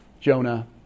Jonah